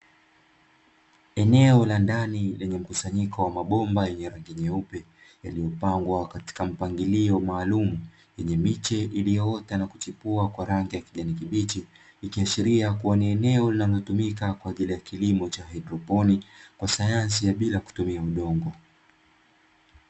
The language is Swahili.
Eneo la ndani lenye mkusanyiko wa mabomba yenye rangi nyeupe, yaliyopangwa katika mpangilio maalumu, yenye miche iliyoota na kuchipua kwa rangi ya kijani kibichi, ikiashiria kuwa ni eneo linalotumika kwa ajili ya kilimo cha haidroponi, kwa sayansi ya bila kutumia udongo.